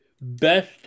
best